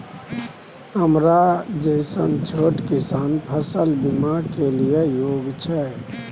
हमरा जैसन छोट किसान फसल बीमा के लिए योग्य छै?